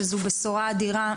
שזו בשורה אדירה,